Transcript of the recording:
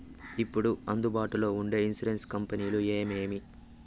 ఇప్పుడు అందుబాటులో ఉండే ఇన్సూరెన్సు కంపెనీలు ఏమేమి?